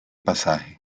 pasaje